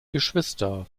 geschwister